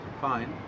Fine